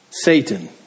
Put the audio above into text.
Satan